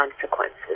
consequences